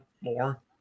more